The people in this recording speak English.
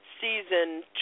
Season